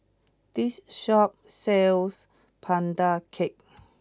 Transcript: this shop sells pandan cake